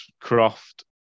Croft